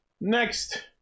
Next